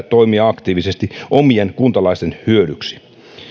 toimia aktiivisesti omien kuntalaisten hyödyksi